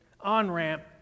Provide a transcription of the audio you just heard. on-ramp